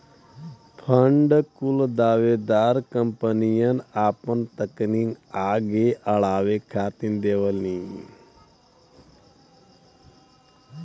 fund कुल दावेदार कंपनियन आपन तकनीक आगे अड़ावे खातिर देवलीन